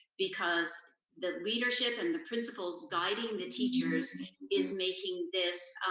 because the leadership and the principals guiding the teachers is making this